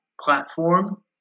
platform